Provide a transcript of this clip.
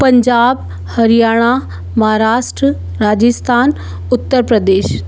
Punjab Haryana Maharashtra Rajasthan Uttar Pradesh